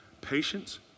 patience